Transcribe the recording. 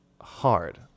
hard